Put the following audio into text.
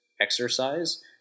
exercise